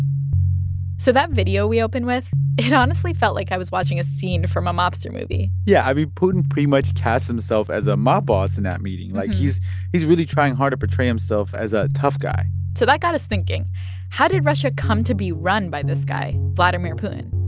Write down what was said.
so that video we opened with it honestly felt like i was watching a scene from a mobster movie yeah. i mean, putin pretty much casts himself as a mob boss in that meeting. like, he's he's really trying hard to portray himself as a tough guy so that got us thinking how did russia come to be run by this guy, vladimir putin?